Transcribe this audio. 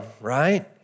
right